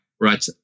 Right